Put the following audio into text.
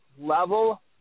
Level